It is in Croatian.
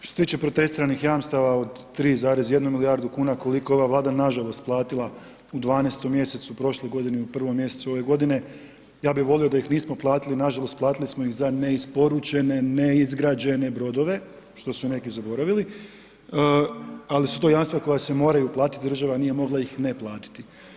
Što se tiče protestiranih jamstava od 3,1 milijardu kuna koliko je ova Vlada nažalost platila u 12. mj. prošle godine i u 1. mj. ove godine, ja bi volio da ih nismo platili, nažalost platili smo ih za isporučene, neizgrađene brodove što su neki zaboravili ali su to jamstva koja se moraju platiti, država nije mogla ih ne platiti.